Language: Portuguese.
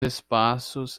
espaços